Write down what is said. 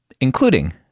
including